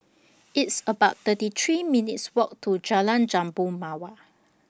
It's about thirty three minutes' Walk to Jalan Jambu Mawar